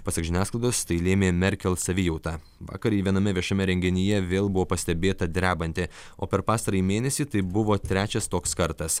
pasak žiniasklaidos tai lėmė merkel savijauta vakar ji viename viešame renginyje vėl buvo pastebėta drebanti o per pastarąjį mėnesį tai buvo trečias toks kartas